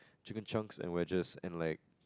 chicken chunks and wedges and like